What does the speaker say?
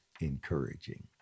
encouraging